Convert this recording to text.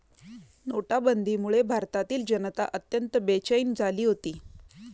नोटाबंदीमुळे भारतातील जनता अत्यंत बेचैन झाली होती